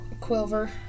Quilver